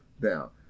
now